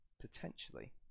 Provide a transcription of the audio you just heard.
potentially